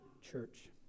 church